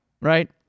Right